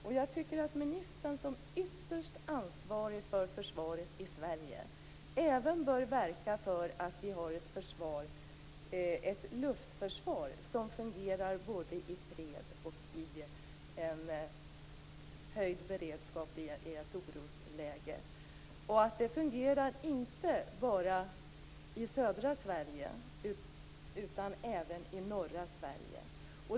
Och jag tycker att ministern som ytterst ansvarig för försvaret i Sverige även bör verka för att vi har ett luftförsvar som fungerar både i fred och vid en höjd beredskap i ett orosläge och verka för att det inte bara fungerar i södra Sverige utan även i norra Sverige.